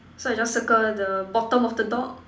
so I just circle the bottom of the dog